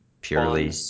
purely